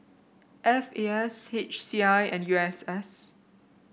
F A S H C I and U S S